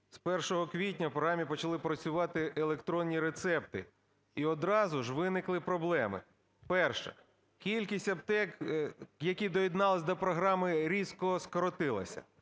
З 1 квітня в програмі почали працювати електронні рецепти і одразу ж виникли проблеми. Перше: кількість аптек, які доєдналися до програми, різко скоротилася.